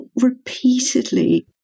repeatedly